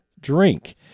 drink